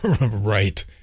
Right